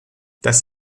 das